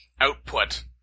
output